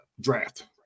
draft